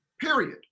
period